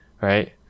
Right